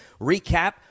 recap